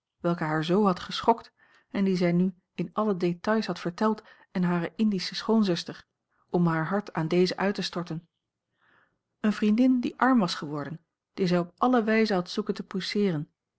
welke haar zoo had geschokt en die zij nu in alle détails had verteld aan hare indische schoonzuster om haar hart aan deze uit te storten eene vriendin die arm was geworden die zij op alle wijze had zoeken te pousseeren